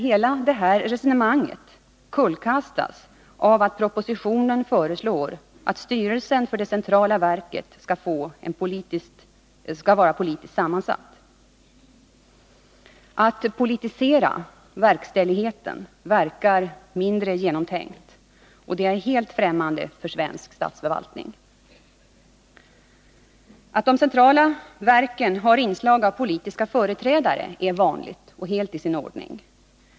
Hela detta resonemang kullkastas dock av att det i propositionen föreslås att styrelsen för det centrala verket skall vara politiskt sammansatt. Att politisera verkställigheten verkar mindre genomtänkt och är helt främmande för svensk statsförvaltning. Att de centrala verken har inslag av politiska företrädare är vanligt och helt i sin ordning.